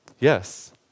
Yes